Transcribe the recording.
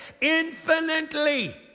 infinitely